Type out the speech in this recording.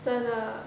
真的